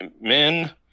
men